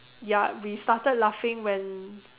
ya we started laughing when